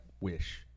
Wish